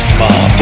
mom